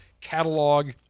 catalog